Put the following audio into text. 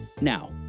Now